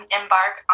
embark